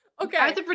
Okay